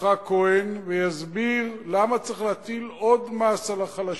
יצחק כהן ויסביר למה צריך להטיל עוד מס על החלשים,